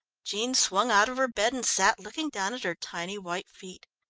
jean swung out of her bed and sat looking down at her tiny white feet.